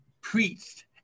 preached